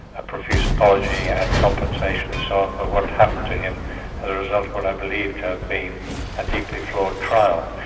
a profuse apology and compensation and so on for what happened to him as a result of what i believe to have been a deeply flawed trial.